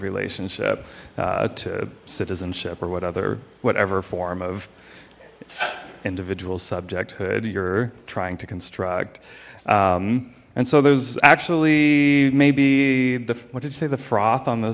relationship to citizenship or what other whatever form of individual subject hood you're trying to construct and so there's actually maybe the what did you say the froth on the